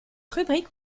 rubrique